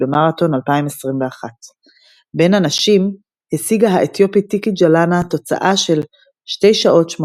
במרתון 2021. בין הנשים השיגה האתיופית טיקי ג'לאנה תוצאה של 21858